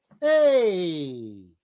Hey